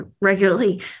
regularly